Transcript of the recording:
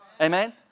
Amen